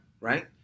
Right